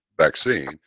vaccine